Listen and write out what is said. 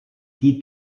die